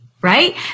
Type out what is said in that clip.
right